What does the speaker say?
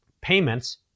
payments